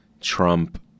Trump